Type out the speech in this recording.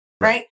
right